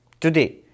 today